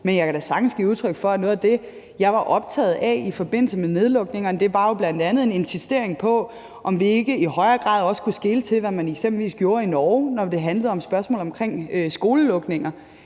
Men jeg kan da sagtens give udtryk for, at noget af det, jeg var optaget af i forbindelse med nedlukningerne, var jo bl.a. en insisteren på, om vi ikke i højere grad også skulle skele til, hvad man eksempelvis gjorde i Norge, når det handlede om spørgsmålet omkring skolelukninger.